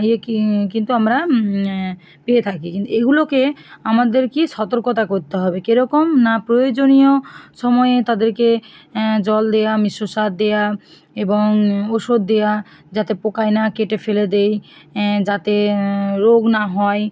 এ কি কিন্তু আমরা পেয়ে থাকি কিন্তু এইগুলোকে আমাদের কি সতর্কতা করতে হবে কীরকম না প্রয়োজনীয় সময়ে তাদেরকে জল দেওয়া মিশ্র সার দেয়া এবং ওষুধ দেয়া যাতে পোকায় না কেটে ফেলে দেয় যাতে রোগ না হয়